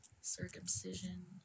Circumcision